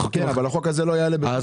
כן, אבל החוק הזה לא יעלה.